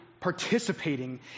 participating